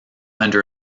under